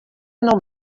nou